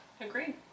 Agreed